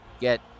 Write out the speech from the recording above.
get